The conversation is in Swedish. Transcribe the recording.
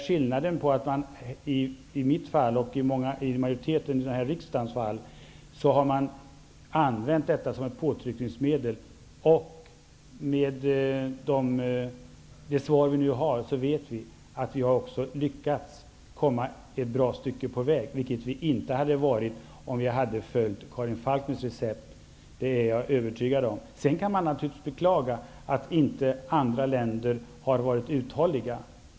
Skillnaden är den att jag och majoriteten i riksdagen har velat använda sanktionerna som ett påtryckningsmedel. Vi vet nu också att vi har lyckats komma ett bra stycke på väg, vilket vi inte hade varit, om vi följt Man kan vidare beklaga att andra länder inte har varit uthålliga.